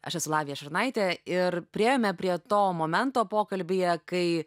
aš esu lavija šurnaitė ir priėjome prie to momento pokalbyje kai